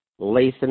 Lathan